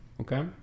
Okay